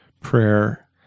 prayer